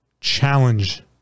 challenge